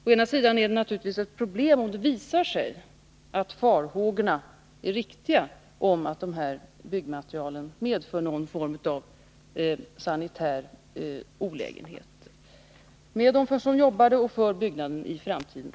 Å ena sidan är det naturligtvis ett problem, om det visar sig att farhågorna är befogade — att det här byggmaterialet medför någon form av sanitär olägenhet för de människor som jobbar där och för byggnaden i framtiden.